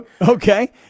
Okay